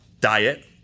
diet